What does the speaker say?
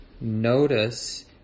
Notice